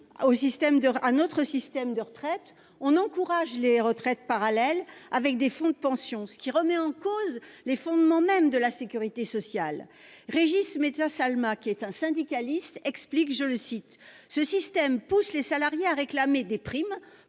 à notre système de retraite, on encourage les retraites parallèles avec des fonds de pension, ce qui remet en cause les fondements mêmes de la sécurité sociale. Le syndicaliste Régis Mezzasalma le souligne, ce système « pousse les salariés à réclamer des primes